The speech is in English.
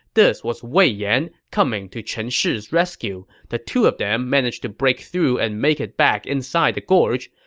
this was wei yan, coming to chen shi's rescue. the two of them managed to break through and make it back inside the gorge,